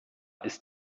ist